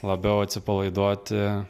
labiau atsipalaiduoti